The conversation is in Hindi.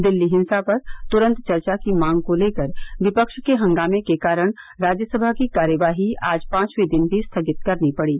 दिल्ली हिंसा पर तुरन्त चर्चा की मांग को लेकर विपक्ष के हंगामे के कारण राज्यसभा की कार्यवाही आज पांचवे दिन भी स्थगित करनी पड़ी